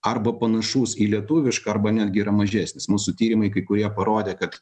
arba panašus į lietuvišką arba netgi yra mažesnis mūsų tyrimai kai kurie parodė kad